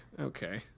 okay